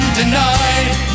denied